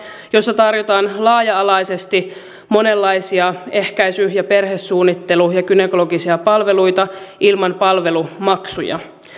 joissa tarjotaan laaja alaisesti monenlaisia ehkäisy ja perhesuunnittelu ja gynekologisia palveluita ilman palvelumaksuja